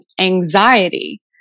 anxiety